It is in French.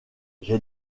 j’ai